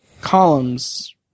columns